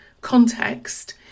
context